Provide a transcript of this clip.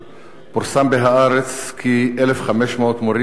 פורסם ב"הארץ" כי 1,500 מורים בתוכנית